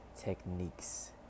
techniques